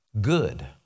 good